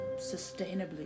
sustainably